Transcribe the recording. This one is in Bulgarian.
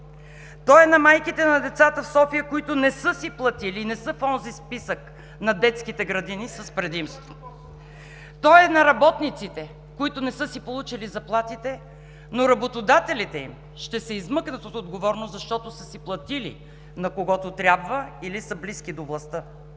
Той е на майките на децата в София, които не са си платили и не са в онзи списък на детските градини с предимство; той е на работниците, които не са си получили заплатите, но работодателите им ще се измъкнат от отговорност, защото са си платили на когото трябва, или са близки до властта;